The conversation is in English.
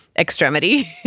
Extremity